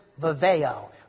viveo